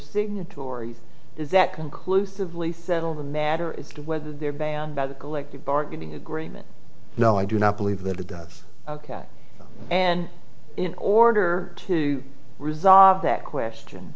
signatories is that conclusively settled the matter is whether they're banned by the collective bargaining agreement no i do not believe that it does and in order to resolve that question